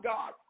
God